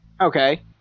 Okay